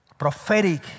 Prophetic